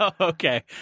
Okay